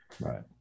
Right